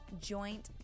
joint